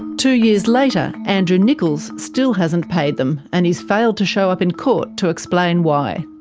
two years later, andrew nickolls still hasn't paid them, and he's failed to show up in court to explain why.